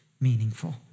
meaningful